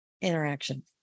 interaction